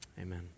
amen